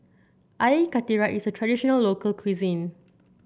Air Karthira is a traditional local cuisine